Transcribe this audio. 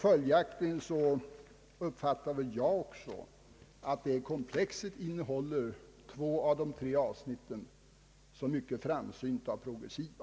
Följaktligen uppfattade jag det också så att två av de tre avsnitt som komplexet innehåller är mycket framsynta och progressiva.